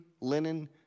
linen